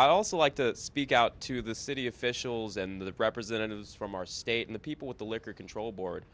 i also like to speak out to the city officials and the representatives from our state in the people with the liquor control board